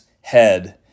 head